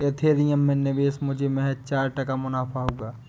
Ethereum में निवेश मुझे महज चार टका मुनाफा हुआ